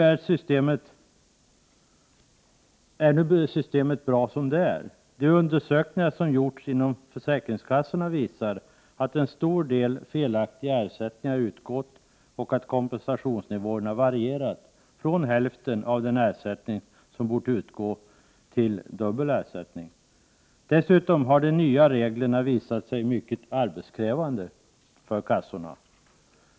Är systemet bra som det är? De undersökningar som gjorts inom försäkringskassorna visar att en stor del felaktiga ersättningar utgått och att kompensationsnivåerna varierat från hälften av den ersättning som bort utgå till dubbel ersättning. Dessutom har de nya reglerna visat sig mycket arbetskrävande för kassorna.